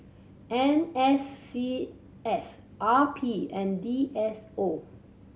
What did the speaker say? N S C S R P and D S O